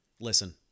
listen